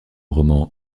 roman